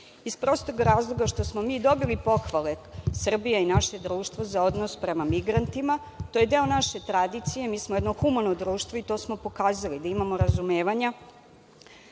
Iz prostog razloga što smo mi dobili pohvale, Srbija i naše društvo, za odnos prema migrantima, to je deo naše tradicije, mi smo jedno humano društvo i to smo pokazali da imamo razumevanja